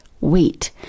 Wait